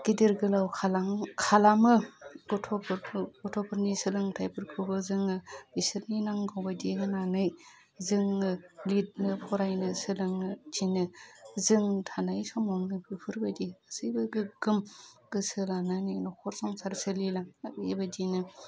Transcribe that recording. गिदिर गोलाव खालामो गथ'फोरखौ गथ'फोरनि सोलोंथाइफोरखौबो जोङो बिसोरनि नांगौबायदि होनानै जोङो लिरनो फरायनो सोलोंनो थिनो जों थानाय समावनो बेफोरबायदि गासैबो गोगोम गोसो लानानै न'खर संसार सोलिलांनो हायो बिदिनो